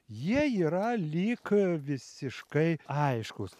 jie yra lyg visiškai aiškūs